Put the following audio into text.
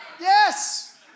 Yes